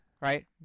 right